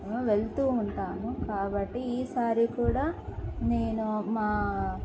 వెళ్తూ ఉంటాము కాబట్టి ఈసారి కూడా నేను మా